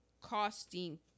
costing